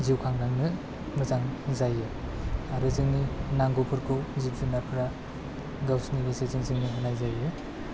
जिउखांलांनो मोजां जायो आरो जोंनि नांगौफोरखौ जिब जुनारफ्रा गावसोरनि गोसोजों जोंनो होनाय जायो